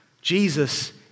Jesus